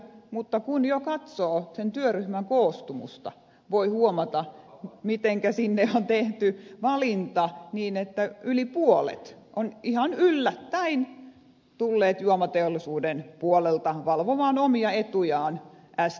mutta kun jo katsoo sen työryhmän koostumusta voi huomata mitenkä sinne on tehty valinta niin että yli puolet on ihan yllättäen tullut juomateollisuuden puolelta valvomaan omia etujaan stmn työryhmään